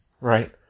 right